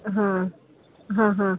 હાં હાં હાં